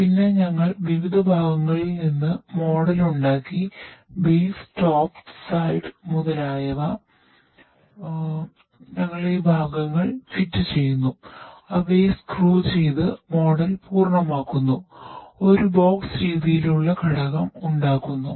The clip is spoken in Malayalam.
പിന്നെ ഞങ്ങൾ വിവിധ ഭാഗങ്ങളിൽ നിന്ന് മോഡൽ ചെയ്ത് മോഡൽ പൂർണ്ണമാക്കുന്നു ഒരു ബോക്സ് രീതിയിലുള്ള ഘടകം ഉണ്ടാക്കുന്നു